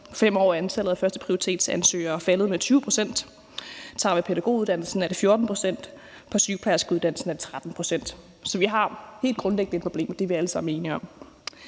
5 år af antallet af førsteprioritetsansøgere faldet med 20 pct. Tager vi pædagoguddannelsen, er det 14 pct., og på sygeplejerskeuddannelsen er det 13 pct. Så vi har helt grundlæggende et problem; det er vi alle sammen enige om.